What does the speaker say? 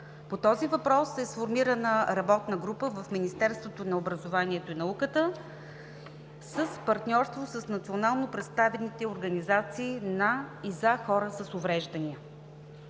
По този въпрос е сформирана работна група в Министерството на образованието и науката в партньорство с национално представените организации на и за хора с увреждания.